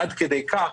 עד כדי כך